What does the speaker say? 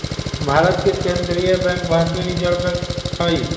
भारत के केंद्रीय बैंक भारतीय रिजर्व बैंक हइ